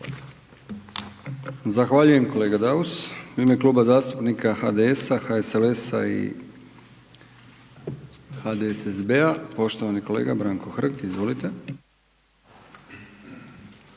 Zahvaljujem kolega Daus. U ime Kluba zastupnika HDS-a, HSLS-a i HDSSB-a poštovani kolega Branko Hrg. Izvolite.